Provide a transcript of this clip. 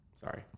Sorry